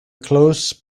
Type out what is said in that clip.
close